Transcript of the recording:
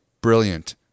brilliant